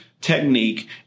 technique